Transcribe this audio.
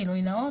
גילוי נאות,